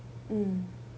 mm